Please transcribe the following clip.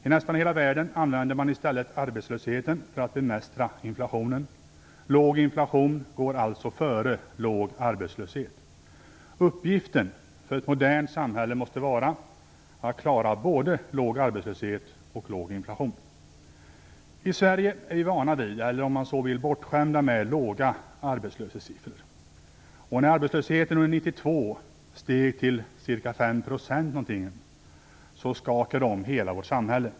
I nästan hela världen använder man i stället arbetslösheten för att bemästra inflationen. Låg inflation går alltså före låg arbetslöshet. Uppgiften för ett modernt samhälle måste vara att klara både låg arbetslöshet och låg inflation. I Sverige är vi vana vid eller, om man så vill, bortskämda med låga arbetslöshetssiffror. När arbetslösheten under 1992 steg till ca 5 % skakade det om hela vårt samhälle.